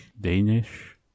Danish